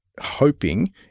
hoping